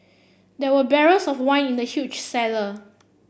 there were barrels of wine in the huge cellar